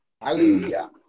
Hallelujah